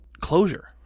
closure